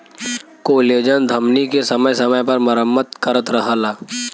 collagen धमनी के समय समय पर मरम्मत करत रहला